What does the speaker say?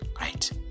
Right